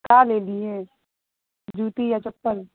کا لے لیے جوتی یا چپل